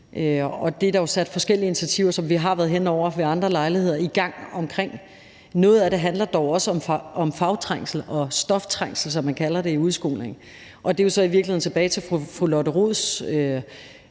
og det er der jo sat forskellige initiativer, som vi har været hen over ved andre lejligheder, i gang omkring. Noget af det handler dog også om fagtrængsel og stoftrængsel, som man kalder det i udskolingen, og der er vi jo så i virkeligheden tilbage ved fru Lotte Rods